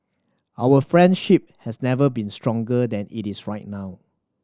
our friendship has never been stronger than it is right now